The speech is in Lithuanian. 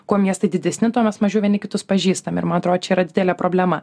kuo miestai didesni tuo mes mažiau vieni kitus pažįstam ir man atrodo čia yra didelė problema